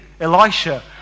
Elisha